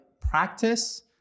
practice